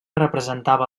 representava